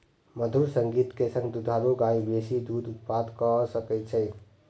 मधुर संगीत के संग दुधारू गाय बेसी दूध उत्पादन कअ सकै छै